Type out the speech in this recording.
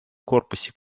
корпусе